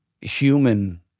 human